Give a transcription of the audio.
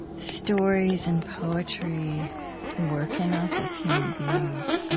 stories and poetry work in us as human beings.